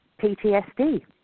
PTSD